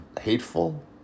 hateful